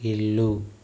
ఇల్లు